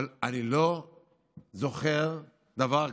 אבל אני לא זוכר דבר כזה.